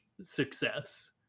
success